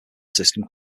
system